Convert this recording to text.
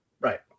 Right